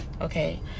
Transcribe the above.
okay